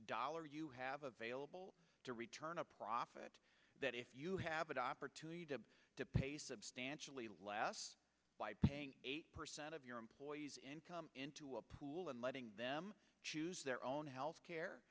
dollar you have available to return a profit that if you have an opportunity to to pay substantially less by paying eight percent of your employee's income into a pool and letting them choose their own health care